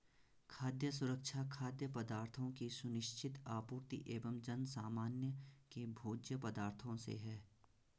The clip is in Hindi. खाद्य सुरक्षा खाद्य पदार्थों की सुनिश्चित आपूर्ति एवं जनसामान्य के भोज्य पदार्थों से है